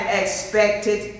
expected